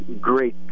great